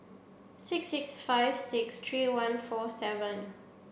six six five six three one four seven